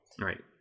Right